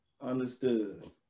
Understood